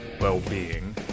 well-being